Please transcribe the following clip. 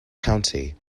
county